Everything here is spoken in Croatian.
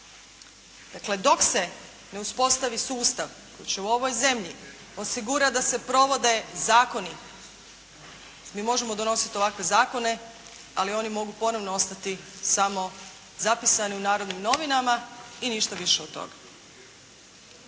Dakle, dok se ne uspostavi sustav koji će u ovoj zemlji osigurati da se provode zakoni, mi možemo donositi ovakve zakone ali oni mogu ponovno ostati samo zapisani u "Narodnim novinama" i ništa više od toga.